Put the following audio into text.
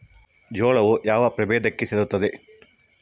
ಜೋಳವು ಯಾವ ಪ್ರಭೇದಕ್ಕೆ ಸೇರುತ್ತದೆ?